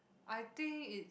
I think it